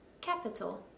capital